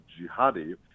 jihadi